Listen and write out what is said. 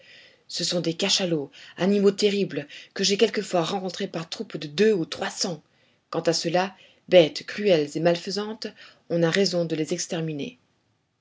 ce sont des cachalots animaux terribles que j'ai quelquefois rencontrés par troupes de deux ou trois cents quant à ceux-là bêtes cruelles et malfaisantes on a raison de les exterminer